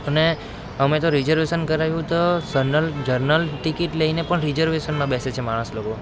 અને અમે તો રિઝર્વેશન કરાવ્યું તો પડે જનરલ જનરલ ટિકેટ લઈને પણ રિઝર્વેશનમાં બેસે છે માણસ લોકો